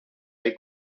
hay